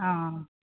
অঁ